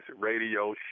radio